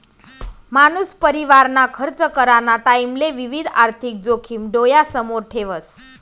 मानूस परिवारना खर्च कराना टाईमले विविध आर्थिक जोखिम डोयासमोर ठेवस